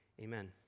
Amen